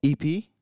ep